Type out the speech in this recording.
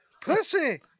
Pussy